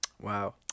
Wow